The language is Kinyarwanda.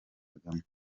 kagame